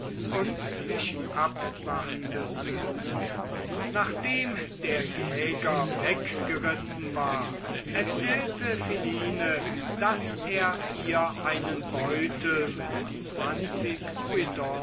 und sich abwartete nachdem der jäger weggeritten war erzählte philine daß er ihr einen beutel mit zwanzig